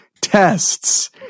tests